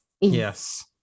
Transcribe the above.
Yes